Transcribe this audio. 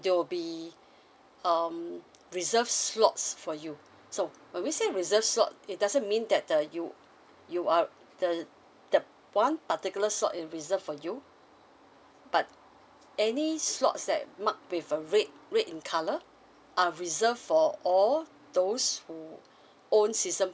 there will be um reserved slots for you so when we say reserved slots it doesn't mean that uh you you are the one particular slot is reserved for you but any slots that marked with a red red in colour are reserved for all those who own season